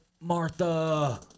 Martha